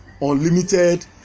unlimited